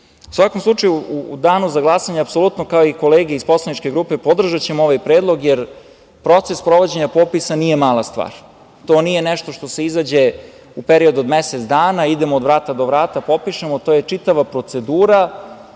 svakom slučaju u danu za glasanje apsolutno, kao i kolege iz poslaničke grupe, podržaćemo ovaj predlog, jer proces sprovođenja nije mala stvar. To nije nešto što se izađe u periodu od mesec dana, idemo od vrata do vrata, popišemo, to je čitava procedura,